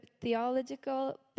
theological